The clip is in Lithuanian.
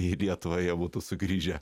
į lietuvą jie būtų sugrįžę